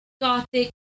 gothic